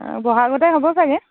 বহাগতে হ'ব চাগৈ